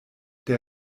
der